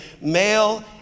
male